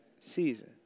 season